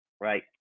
right